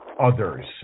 others